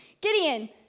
Gideon